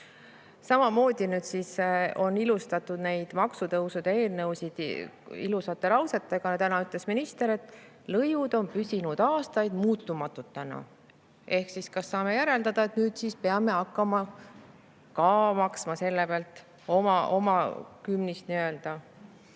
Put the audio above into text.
Samamoodi on nüüd ilustatud neid maksutõusude eelnõusid ilusate lausetega. Täna ütles minister, et lõivud on püsinud aastaid muutumatutena. Kas saame järeldada, et nüüd peame hakkama ka maksma selle pealt oma kümnist?